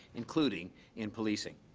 including in policing.